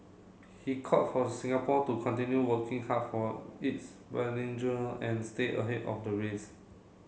he called for Singapore to continue working hard for its and stay ahead of the race